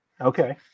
Okay